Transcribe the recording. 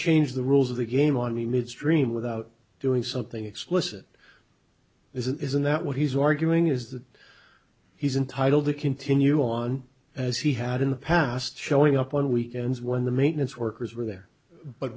change the rules of the game on me midstream without doing something explicit isn't that what he's arguing is that he's entitled to continue on as he had in the past showing up on weekends when the maintenance workers were there but